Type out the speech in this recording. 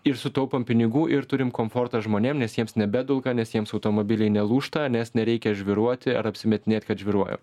ir sutaupom pinigų ir turim komfortą žmonėm nes jiems nebedulka nes jiems automobiliai nelūžta nes nereikia žvyruoti ar apsimetinėt kad žvyruojam